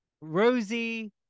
Rosie